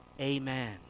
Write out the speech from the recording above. amen